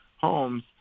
homes